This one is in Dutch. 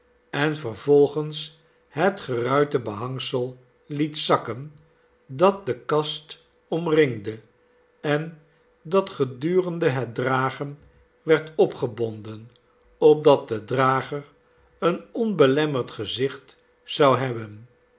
en vervolgens het geruite behangsel liet zakken dat de kast omringde en dat gedurende het dragen werd opgebonden opdat de drager een onbelemmerd gezicht zou hebben